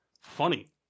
funny